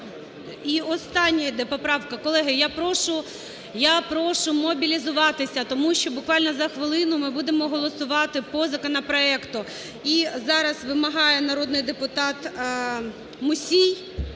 І остання йде поправка. Колеги, я прошу, я прошу мобілізуватися, тому що буквально за хвилину ми будемо голосувати по законопроекту. І зараз вимагає народний депутат Мусій